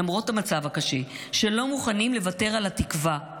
למרות המצב הקשה, שלא מוכנים לוותר על התקווה.